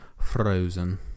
Frozen